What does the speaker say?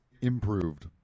improved